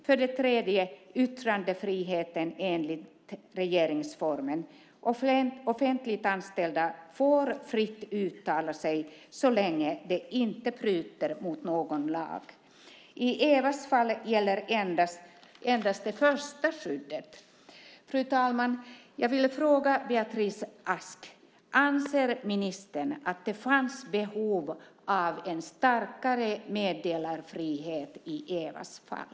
För det tredje är det yttrandefriheten enligt regeringsformen. Offentligt anställda får fritt uttala sig så länge de inte bryter mot någon lag. I Evas fall gäller endast det första skyddet. Fru talman! Jag vill fråga Beatrice Ask: Anser ministern att det fanns behov av en starkare meddelarfrihet i Evas fall?